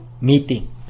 meeting